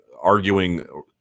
arguing